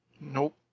Nope